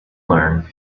learn